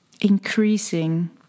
increasing